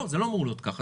לא, זה לא אמור להיות כך.